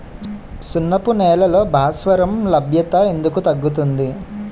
సున్నపు నేలల్లో భాస్వరం లభ్యత ఎందుకు తగ్గుతుంది?